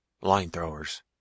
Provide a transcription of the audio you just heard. Line-throwers